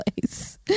place